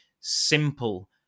simple